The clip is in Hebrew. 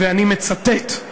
ואני מצטט.